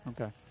Okay